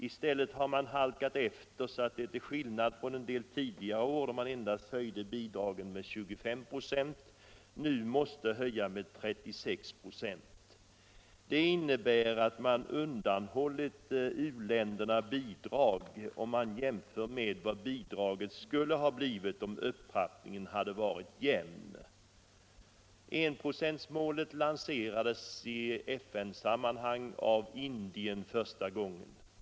I stället har man halkat efter, så att man till skillnad mot en del tidigare år, då man endast höjde bidragen med 25 26, nu måste höja med 36 26. Det innebär att man undanhållit u-länderna bidrag jämfört med vad bidraget skulle ha blivit om upptrappningen varit jämn. Enprocentsmålet lanserades i FN-sammanhang av Indien första gången.